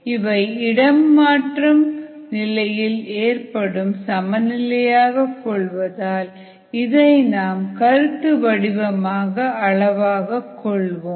இவை இடம் மாற்றும் நிலையில் ஏற்படும் சமநிலையாக கொள்வதால் இதை நாம் கருத்து வடிவமான அளவாக கொள்வோம்